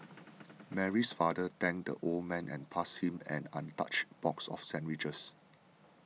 Mary's father thanked the old man and passed him an untouched box of sandwiches